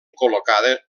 col·locada